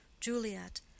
Juliet